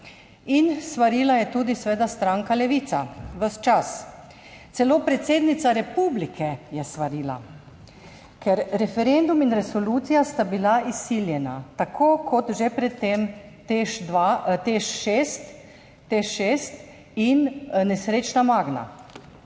in svarila je tudi seveda stranka Levica ves čas. Celo predsednica Republike je svarila. Ker referendum in resolucija sta bila izsiljena tako kot že pred tem TEŠ6 in nesrečna Magna.